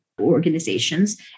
organizations